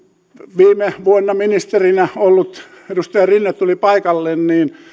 viime vuonna ministerinä ollut edustaja rinne tuli paikalle